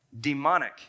demonic